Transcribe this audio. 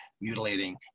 mutilating